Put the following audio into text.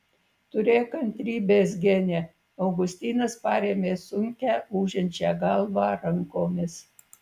turėk kantrybės gene augustinas parėmė sunkią ūžiančią galvą rankomis